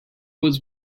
was